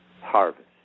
harvest